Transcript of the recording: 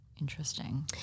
Interesting